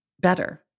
better